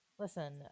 Listen